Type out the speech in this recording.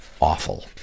awful